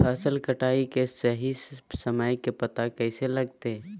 फसल कटाई के सही समय के पता कैसे लगते?